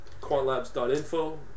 quantlabs.info